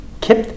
keep